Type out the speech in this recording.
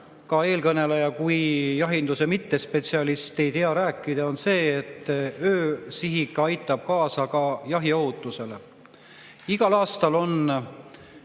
eelkõneleja kui jahinduse mittespetsialist ei tea rääkida, on see, et öösihik aitab kaasa ka jahiohutusele. Igal aastal on